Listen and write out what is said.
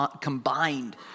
combined